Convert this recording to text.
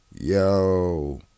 Yo